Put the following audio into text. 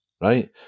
right